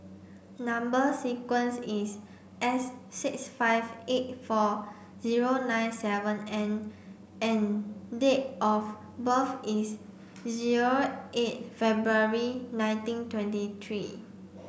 number sequence is S six five eight four zero nine seven N and date of birth is zero eight February nineteen twenty three